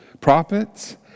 prophets